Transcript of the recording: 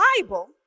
Bible